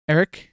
Eric